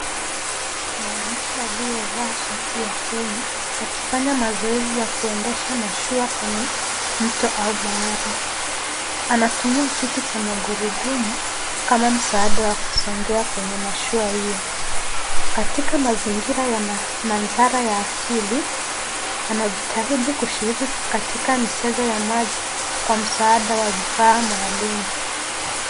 Mwanamke aliyevaa shati ya Kenya, akifanya mazoezi ya kuendesha mashua kwenye mto au bahari. Anatumia kiti cha magurudumu, kama msaada wa kusongea kwenye mashua hiyo. Katika mazingira ya mandhari ya asili, anajitahidi kushiriki katika michezo ya maji kwa msaada wa vifaa maalum.